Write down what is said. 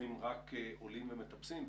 - שהצרכים רק עולים ומטפסים,